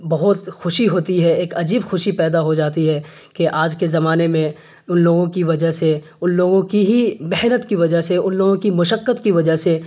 بہت خوشی ہوتی ہے ایک عجیب خوشی پیدا ہو جاتی ہے کہ آج کے زمانے میں ان لوگوں کی وجہ سے ان لوگوں کی ہی محنت کی وجہ سے ان لوگوں کی مشقت کی وجہ سے